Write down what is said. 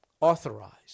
Authorized